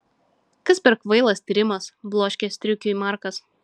kas per kvailas tyrimas bloškė striukiui markas